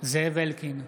זאב אלקין,